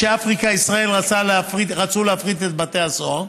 כשאפריקה ישראל רצו להפריט את בתי הסוהר,